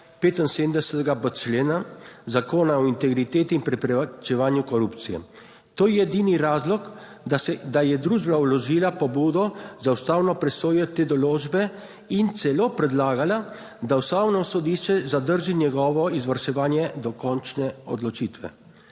75.b člena Zakona o integriteti in preprečevanju korupcije. To je edini razlog, da je družba vložila pobudo za ustavno presojo te določbe in celo predlagala, da Ustavno sodišče zadrži njegovo izvrševanje dokončne odločitve.